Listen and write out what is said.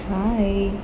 hi